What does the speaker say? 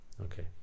okay